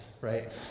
right